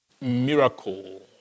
miracle